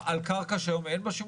על קרקע שאין בה שימוש?